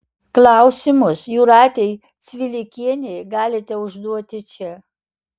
klausimus jūratei cvilikienei galite užduoti čia